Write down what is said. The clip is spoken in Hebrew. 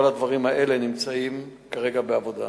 כל הדברים האלה נמצאים כרגע בעבודה.